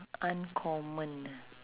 uncommon